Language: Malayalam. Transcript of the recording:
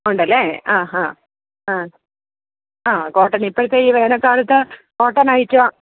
ഉണ്ടല്ലേ ആഹാ ആ ആ കോട്ടൺ ഇപ്പോഴത്തെ ഈ വേനൽക്കാലത്ത് കോട്ടണ് ഐറ്റം ആണ്